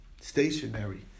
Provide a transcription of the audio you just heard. stationary